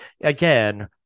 again